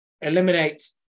eliminate